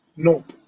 nope.